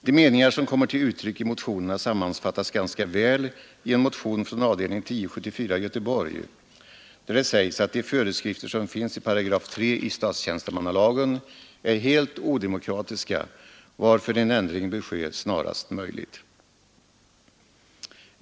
De meningar som kommer till uttryck i motionerna sammanfattas ganska väl i en motion från avdelning 1074 i Göteborg, där det sägs att de föreskrifter som finns i 3 § statstjänstemannalagen är helt odemokratiska, varför en ändring bör ske snarast möjligt.